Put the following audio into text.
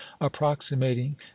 approximating